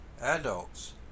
adults